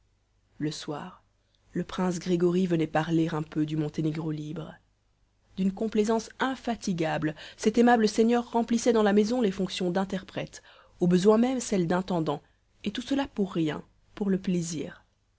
le soir le prince grégory venait parler un peu du monténégro libre d'une complaisance infatigable cet aimable seigneur remplissait dans la maison les fonctions d'interprète au besoin même celles d'intendant et tout cela pour rien pour le plaisir